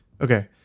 Okay